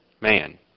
man